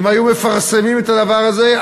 אם היו מפרסמים את הדבר הזה,